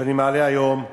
שאני מעלה היום,